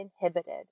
inhibited